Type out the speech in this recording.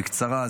בקצרה,